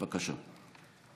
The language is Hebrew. בבקשה.